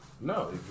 No